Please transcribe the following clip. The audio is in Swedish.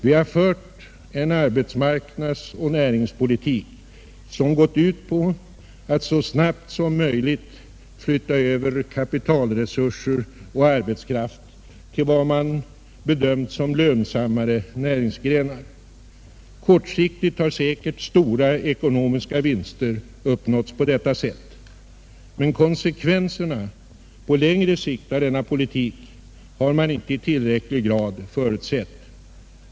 Vi har fört en arbetsmarknadsoch näringspolitik, som gått ut på att så snabbt som möjligt flytta över kapitalresurser och arbetskraft till vad man bedömt som lönsammare näringsgrenar. Kortsiktigt har säkert stora ekonomiska vinster uppnåtts på detta sätt. Men konsekvenserna på längre sikt av denna politik har man inte i tillräcklig grad förutsett.